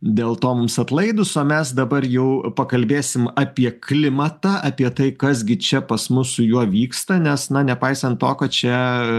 dėl to mums atlaidūs o mes dabar jau pakalbėsim apie klimatą apie tai kas gi čia pas mus su juo vyksta nes na nepaisant to kad čia